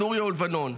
סוריה ולבנון,